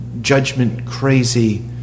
judgment-crazy